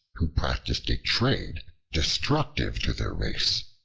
who practiced a trade destructive to their race.